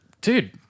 Dude